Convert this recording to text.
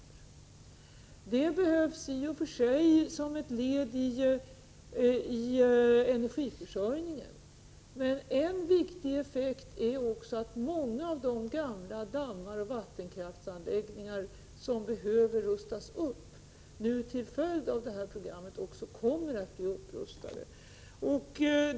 Upprustningen behövs i och för sig som ett led i energiförsörjningen, men en viktig effekt är att många av de gamla dammar och vattenkraftsanläggningar som behöver rustas upp, till följd av det här programmet nu också kommer att bli upprustade.